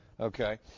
okay